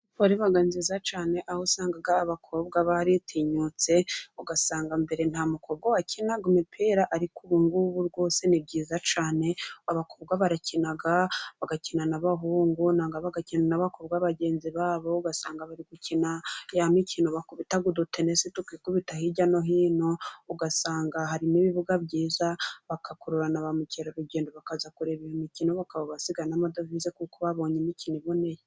Vore ibaga nziza cyane aho usanga abakobwa baritinyutse, ugasanga mbere nta mukobwa wakinaga imipira, ariko ubu ngubu rwose ni byiza cyane abakobwa barakina bagakina na bagenzi babo ugasanga bari gukina ya mikino bakubita ngo udutenesi tukikubita hirya no hino, ugasanga hari n'ibibuga byiza bagakururana ba mukerarugendo bakaza kureba iyo mikino bakaba basigagana amadovize kuko babonye imikino iboneye.